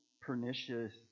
pernicious